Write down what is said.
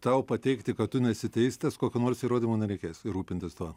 tau pateikti kad tu nesi teistas kokių nors įrodymų nereikės ir rūpintis tuo